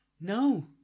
No